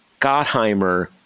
Gottheimer